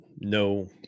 no